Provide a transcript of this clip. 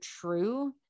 true